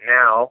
now